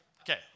Okay